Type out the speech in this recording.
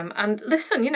um and listen. you know,